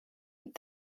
with